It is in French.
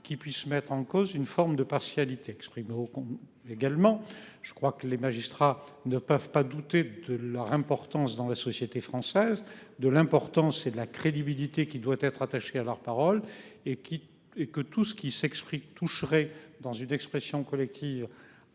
qui puisse mettre en cause une forme de partialité exprimé. Également, je crois que les magistrats ne peuvent pas douter de leur importance dans la société française de l'important c'est de la crédibilité qui doit être attachés à leur parole et qui et que tout ce qui s'explique toucherait dans une expression collective.